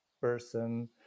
person